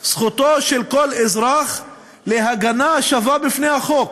זכותו של כל אזרח להגנה שווה בפני החוק.